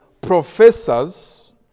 professors